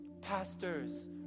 pastors